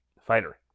fighter